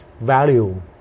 value